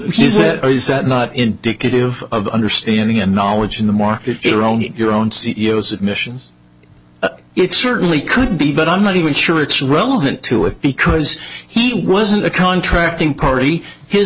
use it is that not indicative of understanding and knowledge in the market or only your own c e o submissions it certainly could be but i'm not even sure it's relevant to it because he wasn't a contracting party his